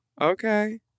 Okay